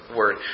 word